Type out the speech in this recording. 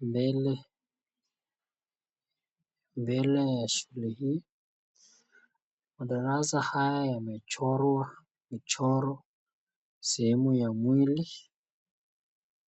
mbele ya shule hii. Madarasa haya yamechorwa michoro sehemu ya mwili.